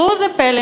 ראו זה פלא,